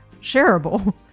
shareable